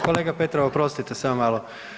Kolega Petrov, oprostite, samo malo.